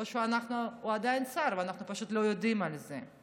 או שהוא עדיין שר ואנחנו פשוט לא יודעים את זה.